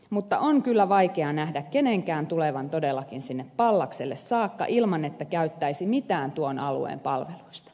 mutta on kyllä vaikea nähdä kenenkään tulevan todellakin sinne pallakselle saakka ilman että käyttäisi mitään tuon alueen palveluista